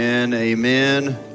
Amen